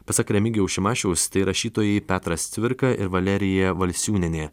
pasak remigijaus šimašiaus tai rašytojai petras cvirka ir valerija valsiūnienė